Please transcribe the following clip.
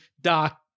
Doc